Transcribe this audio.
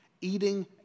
eating